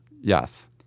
Yes